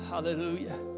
Hallelujah